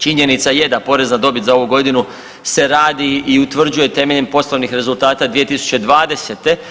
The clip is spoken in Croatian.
Činjenica je da porez na dobit za ovu godinu se radi i utvrđuje temeljem poslovnih rezultata 2020.